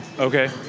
Okay